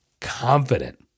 confident